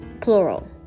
Plural